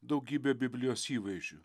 daugybė biblijos įvaizdžių